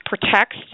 protects